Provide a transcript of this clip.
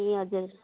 ए हजुर